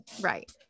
right